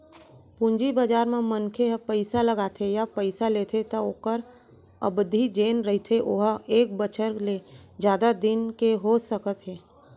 पूंजी बजार म मनखे ह पइसा लगाथे या पइसा लेथे त ओखर अबधि जेन रहिथे ओहा एक बछर ले जादा दिन के हो सकत हे